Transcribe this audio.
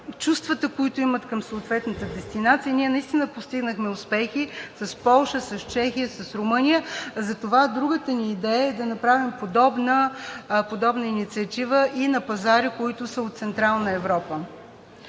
чувствата, които имат към съответната дестинация. Ние, наистина постигнахме успехи с Полша, с Чехия, с Румъния. Затова другата ни идея е да направим подобна инициатива и на пазари, които са от Централна Европа.